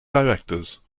directors